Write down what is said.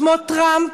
שמו טראמפ,